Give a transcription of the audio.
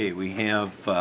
yeah we have